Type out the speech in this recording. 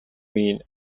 mean